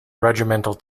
regimental